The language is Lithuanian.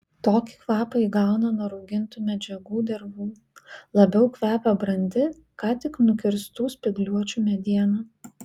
tokį kvapą įgauna nuo rauginių medžiagų dervų labiau kvepia brandi ką tik nukirstų spygliuočių mediena